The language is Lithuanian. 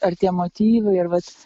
ar tie motyvai ir vat